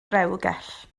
rewgell